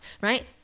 right